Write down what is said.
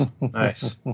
nice